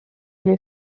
les